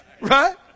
Right